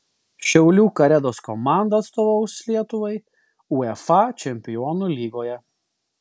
šiaulių karedos komanda atstovaus lietuvai uefa čempionų lygoje